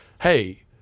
hey